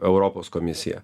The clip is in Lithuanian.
europos komisija